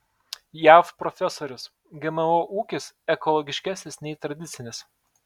jav profesorius gmo ūkis ekologiškesnis nei tradicinis